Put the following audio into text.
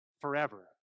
forever